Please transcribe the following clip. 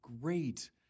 great